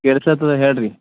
ಕೇಳಿಸ್ಹತ್ತದ ಹೇಳಿ ರೀ